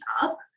up